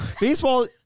Baseball